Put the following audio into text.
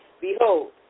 Behold